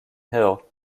hill